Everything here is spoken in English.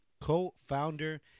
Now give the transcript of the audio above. co-founder